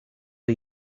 are